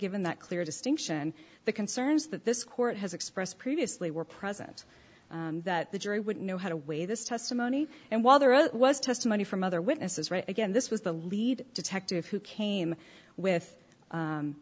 given that clear distinction the concerns that this court has expressed previously were present that the jury would know how to weigh this testimony and while there was testimony from other witnesses right again this was the lead detective who came with